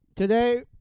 Today